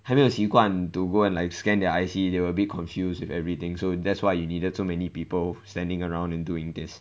还没有习惯 to go and like scan their I_C they were a bit confused with everything so that's why you needed so many people standing around and doing this